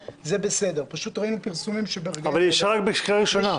אבל היא אושרה בקריאה הראשונה.